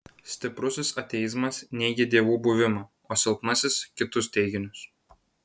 stiprusis ateizmas neigia dievų buvimą o silpnasis kitus teiginius